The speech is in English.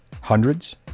Hundreds